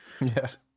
Yes